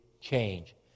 change